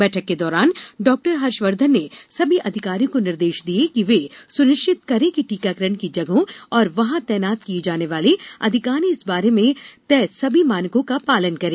बैठक के दौरान डॉ हर्षवर्धन ने सभी अधिकारियों को निर्देश दिया कि वे ये सुनिश्चित करें कि टीकाकरण की जगहों और वहां तैनात किये जाने वाले अधिकारी इस बारे में तय सभी मानकों का पालन करें